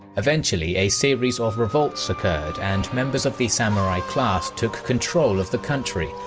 eventually a series of revolts occurred and members of the samurai class took control of the country,